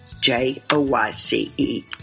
J-O-Y-C-E